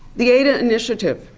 the ada initiative,